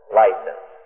license